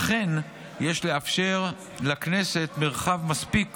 וכן יש לאפשר לכנסת מרחב מספיק